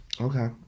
Okay